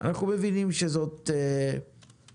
אנחנו מבינים שזאת תרופה,